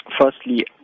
firstly